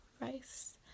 rice